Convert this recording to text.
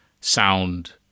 sound